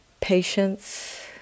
patience